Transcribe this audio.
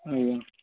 అయ్యో